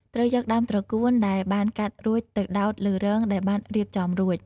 ត្រូវយកដើមត្រកួនដែលបានកាត់រួចទៅដោតលើរងដែលបានរៀបចំរួច។